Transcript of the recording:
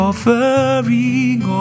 Offering